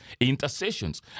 intercessions